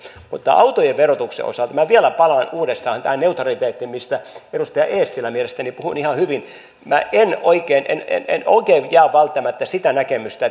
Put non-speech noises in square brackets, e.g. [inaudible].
autojen verotuksen osalta minä vielä palaan uudestaan tähän neutraliteettiin mistä edustaja eestilä mielestäni puhui ihan hyvin minä en en oikein jaa välttämättä sitä näkemystä [unintelligible]